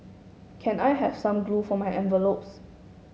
can I have some glue for my envelopes